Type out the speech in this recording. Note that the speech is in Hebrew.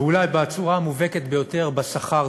ואולי בצורה המובהקת ביותר בשכר.